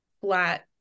Flat